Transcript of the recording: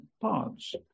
parts